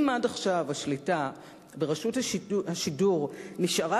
אם עד עכשיו השליטה ברשות השידור נשארה